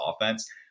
offense